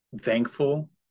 thankful